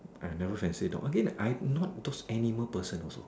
I never fancy dog again I'm not those animal person also